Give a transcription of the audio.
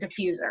diffuser